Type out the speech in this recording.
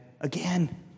again